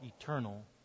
eternal